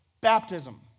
baptism